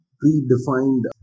predefined